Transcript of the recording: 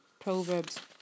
Proverbs